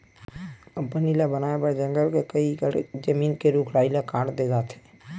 company ल बनाए बर जंगल के कइ एकड़ जमीन के रूख राई ल काट दे जाथे